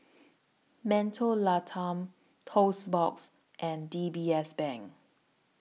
Mentholatum Toast Box and D B S Bank